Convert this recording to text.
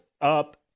up